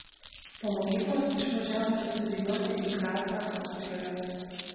po mokyklos išvažiavote studijuoti į gracą austrijoje